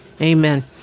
Amen